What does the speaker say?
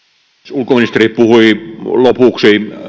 ulkoministeri puhui lopuksi